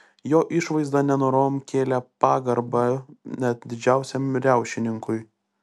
jo išvaizda nenorom kėlė pagarbą net didžiausiam riaušininkui